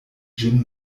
ĝin